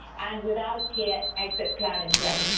and without a clear exit plan in place.